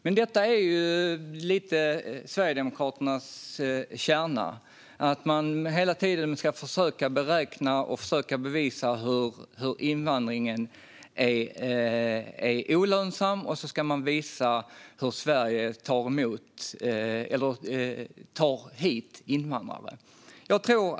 Lite av Sverigedemokraternas kärna är att hela tiden försöka bevisa att invandringen är olönsam och att Sverige tar hit invandrare.